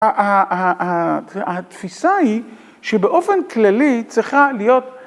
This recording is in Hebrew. התפיסה היא שבאופן כללי צריכה להיות.